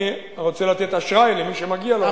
אני רוצה לתת אשראי למי שמגיע לו.